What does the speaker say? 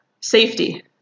safety